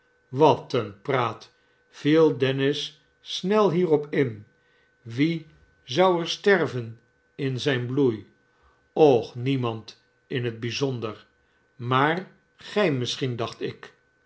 wat een praat viel dennis snel hierop in wie zou er sterven in zijn bloei och niemand in het bijzonder maar gij misschien dacht ik